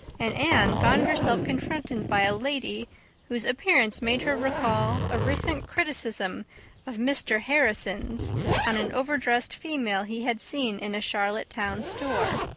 and anne found herself confronted by a lady whose appearance made her recall a recent criticism of mr. harrison's on an overdressed female he had seen in a charlottetown store.